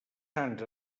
sants